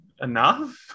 enough